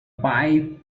pipe